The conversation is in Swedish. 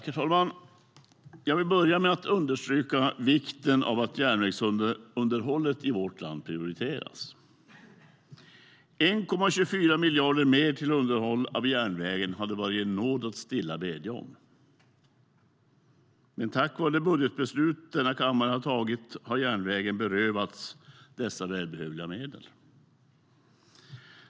Herr talman! Jag vill börja med att understryka vikten av att järnvägsunderhållet i vårt land prioriteras. 1,24 miljarder mer till underhåll av järnvägen hade varit en nåd att stilla bedja om. Men på grund av det budgetbeslut denna kammare har tagit har järnvägen berövats dessa välbehövliga medel.